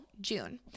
June